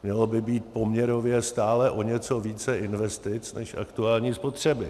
Mělo by být poměrově stále o něco více investic než aktuální spotřeby.